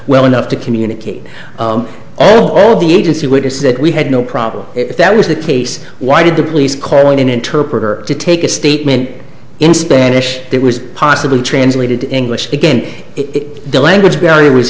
well enough to communicate all the agency witnesses that we had no problem if that was the case why did the police call an interpreter to take a statement in spanish that was possibly translated in english again it the language barrier was